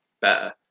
better